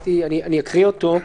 אקרא אותו.